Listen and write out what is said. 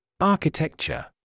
Architecture